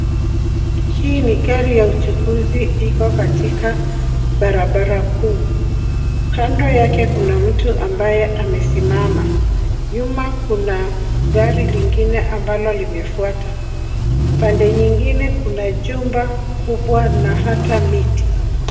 Hii ni gari ya uchukuzi iko katika barabara kuu kando yake mtu ambaye amesimama, nyuma kuna lingine ambalo limefuata pande nyengine kuna jumba kubwa na hata miti.